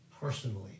personally